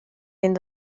den